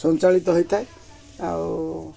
ସଞ୍ଚାଳିତ ହେଇଥାଏ ଆଉ